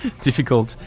difficult